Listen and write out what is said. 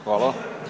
Hvala.